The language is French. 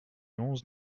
onze